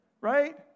Right